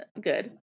Good